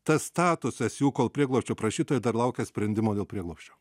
tas statusas jų kol prieglobsčio prašytojai dar laukia sprendimo dėl prieglobsčio